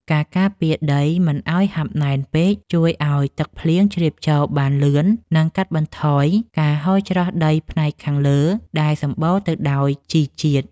ការការពារដីមិនឱ្យហាប់ណែនពេកជួយឱ្យទឹកភ្លៀងជ្រាបចូលបានលឿន និងកាត់បន្ថយការហូរច្រោះដីផ្នែកខាងលើដែលសម្បូរទៅដោយជីជាតិ។